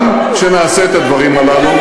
גם כשנעשה את הדברים הללו,